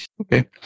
Okay